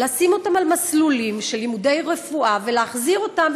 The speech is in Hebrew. לשים אותם על מסלולים של לימודי רפואה ולהחזיר אותם,